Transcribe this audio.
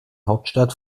hauptstadt